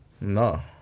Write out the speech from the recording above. No